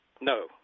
No